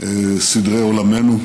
סדרי עולמנו.